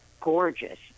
gorgeous